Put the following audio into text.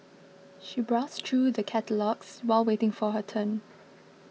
she browsed through the catalogues while waiting for her turn